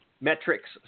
metrics